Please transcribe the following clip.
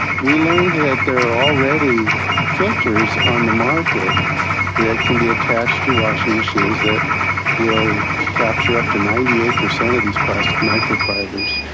we learned that there are already filters on the market that can be attached to washing machines that will capture up to ninety eight percent of these plastic microfibers.